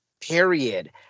period